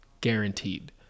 guaranteed